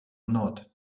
not